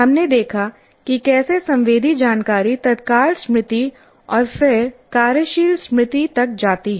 हमने देखा कि कैसे संवेदी जानकारी तत्काल स्मृति और फिर कार्यशील स्मृति तक जाती है